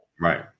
right